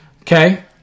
Okay